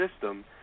system